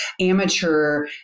amateur